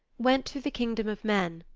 went through the kingdoms of men,